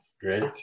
great